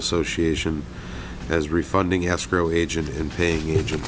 association as refunding escrow agent and paying agent